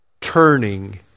turning